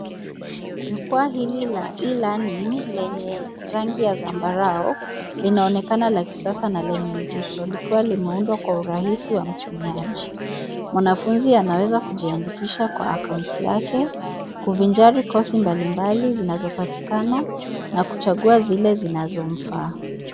Jukwaa hili la e- learning lenye rangi ya zambarao linaonekana la kisasa na lenye mvuto likiwa limeundwa kwa urahisi wa mtumiaji. Mwanafunzi anaweza kujiandikisha kwa akaunti yake. kuvinjari course mbali mbali zinazopatikana na kuchagua zile zinazo mfaa.